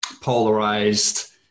polarized